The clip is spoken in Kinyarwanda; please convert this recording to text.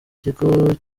kigo